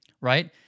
Right